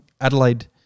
Adelaide